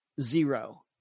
Zero